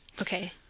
Okay